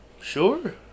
Sure